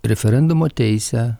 referendumo teisę